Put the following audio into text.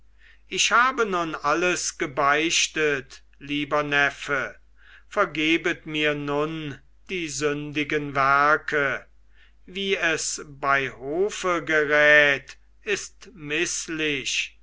ich habe nun alles gebeichtet lieber neffe vergebet mir nun die sündigen werke wie es bei hofe gerät ist mißlich